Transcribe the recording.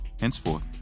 Henceforth